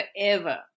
forever